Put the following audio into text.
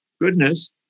goodness